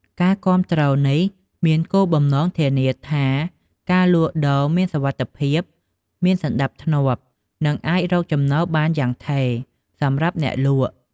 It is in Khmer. ការគាំទ្រនេះមានគោលបំណងធានាថាការលក់ដូរមានសុវត្ថិភាព មានសណ្តាប់ធ្នាប់ និងអាចរកចំណូលបានយ៉ាងថេរសម្រាប់អ្នកលក់។